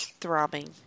throbbing